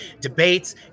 debates